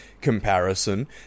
comparison